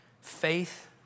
Faith